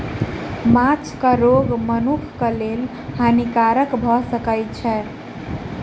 माँछक रोग मनुखक लेल हानिकारक भअ सकै छै